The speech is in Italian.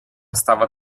stava